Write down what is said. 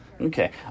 Okay